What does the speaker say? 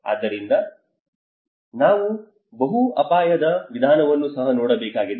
ಆದ್ದರಿಂದ ಈಗ ನಾವು ಬಹು ಅಪಾಯದ ವಿಧಾನವನ್ನು ಸಹ ನೋಡಬೇಕಾಗಿದೆ